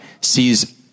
sees